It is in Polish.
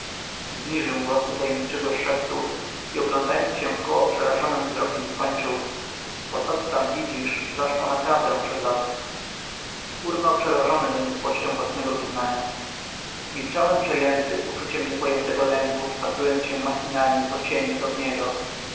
zniżył głos do tajemniczego szeptu i oglądając się wkoło przerażonym wzrokiem dokończył bo to co tam widzisz zaszło naprawdę przed laty urwał przerażony doniosłością własnego wyznania milczałem przejęty uczuciem niepojętego lęku wpatrując się machinalnie to w cienie to w niego